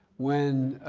when,